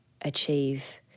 achieve